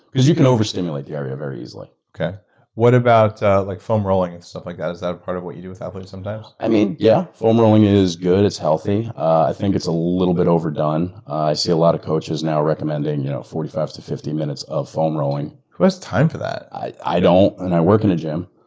because you can overstimulate the area very easily. what about like foam rolling and stuff like that? is that a part of what you do with athletes sometimes? i mean yeah, foam rolling is good, it's healthy. i think it's a little bit overdone. i see a lot of coaches now recommending you know forty five fifty minutes of foam rolling. who has time for that? i i don't, and i work in a gym.